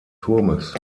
turmes